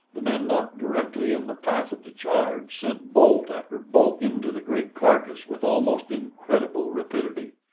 the men not directly in the path of the charge sent bolt after bolt into the great carcass with almost incredible rapidity.